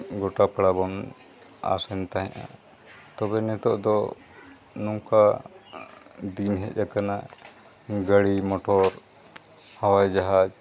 ᱜᱳᱴᱟ ᱯᱟᱲᱟᱵᱚᱱ ᱟᱥᱮᱱ ᱛᱟᱦᱮᱸᱫᱼᱟ ᱛᱚᱵᱮ ᱱᱤᱛᱚᱜ ᱫᱚ ᱱᱚᱝᱠᱟ ᱫᱤᱱ ᱦᱮᱡ ᱟᱠᱟᱱᱟ ᱜᱟᱹᱲᱤ ᱢᱚᱴᱚᱨ ᱦᱟᱣᱟᱭ ᱡᱟᱦᱟᱡᱽ